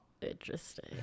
interesting